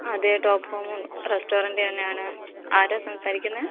അതേ top form restaurant തന്നെ ആണ് ആരാ സംസാരിക്കുന്നത്